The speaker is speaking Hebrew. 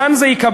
כאן זה ייקבע.